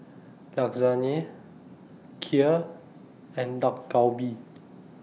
Lasagne Kheer and Dak Galbi